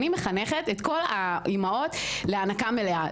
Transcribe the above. אני מחנכת את כל האימהות להנקה מלאה.